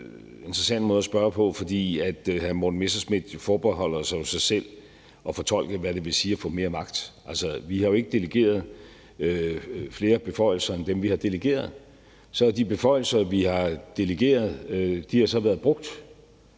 en meget interessant måde at spørge på, for hr. Morten Messerschmidt forbeholder jo så sig selv at fortolke, hvad det vil sige at få mere magt. Altså, vi har jo ikke delegeret flere beføjelser end dem, vi har delegeret. De beføjelser, vi har delegeret, har så været brugt